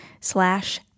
slash